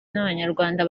n’abanyarwanda